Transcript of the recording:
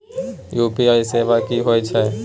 UPI सेवा की होयत छै?